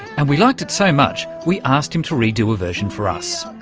and we liked it so much we asked him to redo a version for us.